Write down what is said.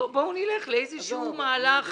בואו נלך לאיזשהו מהלך